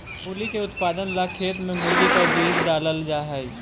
मूली के उत्पादन ला खेत में मूली का बीज डालल जा हई